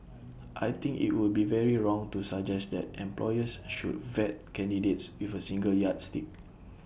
I think IT would be very wrong to suggest that employers should vet candidates with A single yardstick